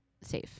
safe